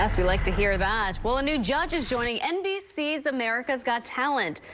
ah we like to hear that. well, a new judge is joining nbc's america's got talent.